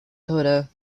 cotta